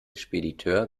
spediteur